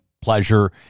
pleasure